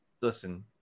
listen